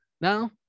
Now